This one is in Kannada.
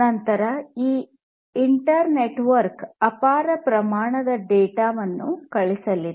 ನಂತರ ಈ ಇಂಟರ್ ನೆಟ್ ವರ್ಕ್ ಅಪಾರ ಪ್ರಮಾಣದ ಡೇಟಾವನ್ನು ಕಳುಹಿಸಲಿದೆ